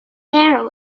narrow